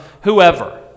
whoever